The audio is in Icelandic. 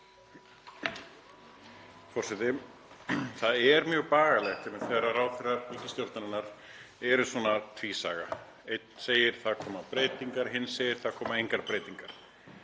Það er mjög bagalegt þegar ráðherrar ríkisstjórnarinnar eru svona tvísaga. Einn segir að það komi breytingar, hinn segir að það komi engar breytingar.